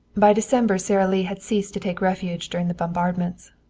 by december sara lee had ceased to take refuge during the bombardments.